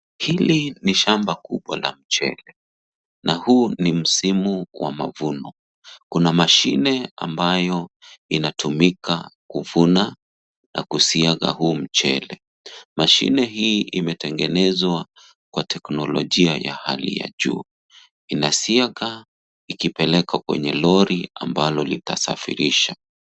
Hili ni shamba kubwa la mchele na huu ni msimu wa mavuno. Kuna mashine ambayo inatumika kuvuna na kusiaga huu mchele. Mashine hii imetengenezwa kwa teknolojia ya hali ya juu. Inasiaga ikipeleka kwenye lori ambalo litasafirisha.